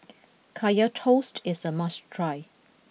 Kaya Toast is a must try